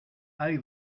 hay